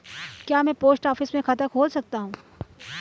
क्या मैं post office में खाता खोल सकता हूँ?